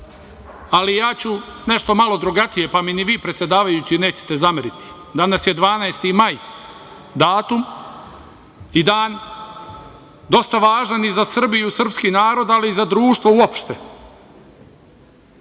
ali ja ću nešto malo drugačije, pa mi ni predsedavajući nećete zameriti. Danas je 12. maj datum i dan, dosta važan i za Srbiju, srpski narod, ali i za društvo uopšte.